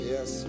Yes